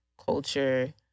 Culture